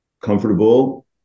comfortable